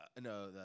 No